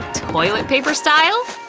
toilet paper style?